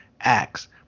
acts